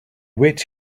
wait